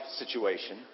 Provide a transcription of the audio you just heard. situation